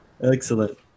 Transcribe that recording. excellent